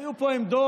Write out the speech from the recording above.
היו פה עמדות,